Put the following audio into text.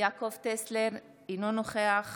יעקב טסלר, אינו נוכח